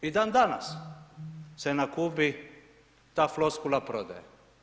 I dan danas se na Kubi ta floskula prodaje.